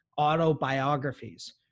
autobiographies